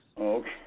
Okay